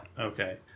Okay